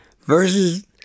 versus